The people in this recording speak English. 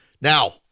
Now